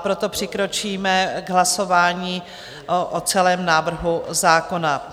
Proto přikročíme k hlasování o celém návrhu zákona.